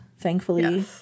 thankfully